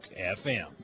FM